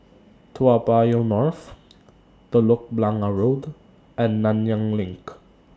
Toa Payoh North Telok Blangah Road and Nanyang LINK